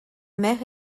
mère